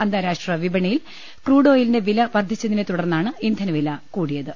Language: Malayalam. അന്താരാഷ്ട്രവിപണിയിൽ ക്രൂഡ് ഓയിലിന്റെ വില വർദ്ധിച്ചതിനെതുടർന്നാണ് ഇന്ധനവില വർദ്ധിച്ചത്